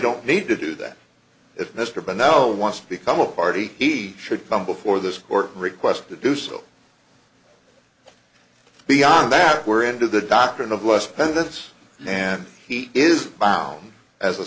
don't need to do that if mr by now wants to become a party he should come before this court request to do so beyond that we're into the doctrine of less than this and he is bound as a